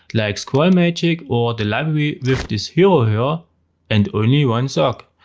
like scrollmagic or the library with this hero here and only one sock.